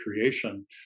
Creation